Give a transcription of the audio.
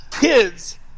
kids